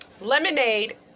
lemonade